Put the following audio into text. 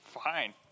fine